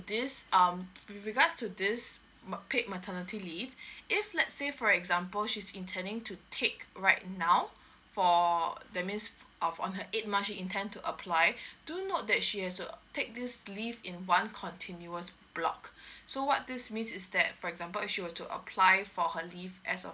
this um with regards to this mat~ paid maternity leave if let's say for example she's intending to take right now for that means of on her eight month she intend to apply do note that she has to take this leave in one continuous block so what this means is that for example if she were to apply for her leave as of